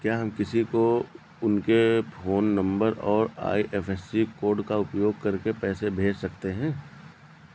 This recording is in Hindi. क्या हम किसी को उनके फोन नंबर और आई.एफ.एस.सी कोड का उपयोग करके पैसे कैसे भेज सकते हैं?